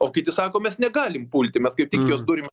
o kiti sako mes negalim pulti mes kaip tik juos turim